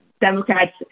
Democrats